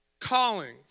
Callings